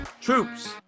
Troops